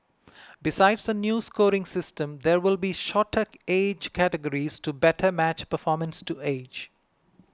besides a new scoring system there will be shorter age categories to better match performance to age